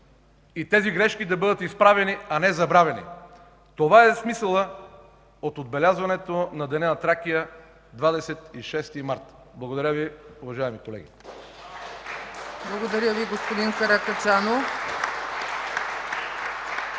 и тези грешки да бъдат изправяни, а не забравяни. Това е смисълът от отбелязването на Деня на Тракия – 26 март. Благодаря Ви, уважаеми колеги.